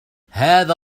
هذا